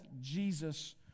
Jesus